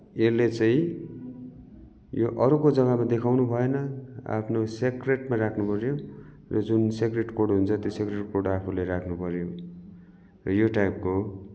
यसले चाहिँ यो अरूको जग्गाको देखाउँनु भएन आफ्नु सेक्रेटमा राख्नु पऱ्यो र जुन सिक्रेट कोड हुन्छ त्यो सिक्रेट कोड आफुले राख्नु पऱ्यो र यो टाईपको